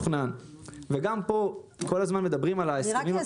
כל מה שהוא מדבר עליו, אני לא התייחסתי אליו.